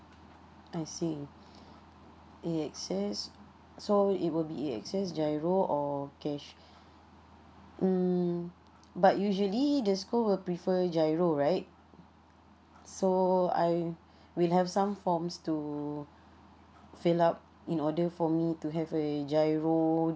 I see A_X_S so it will be A_X_S giro or cash um but usually the school will prefer giro right so I will have some forms to fill up in order for me to have a giro